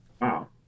wow